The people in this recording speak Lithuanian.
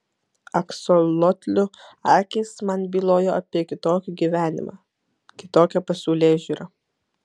aksolotlių akys man bylojo apie kitokį gyvenimą kitokią pasaulėžiūrą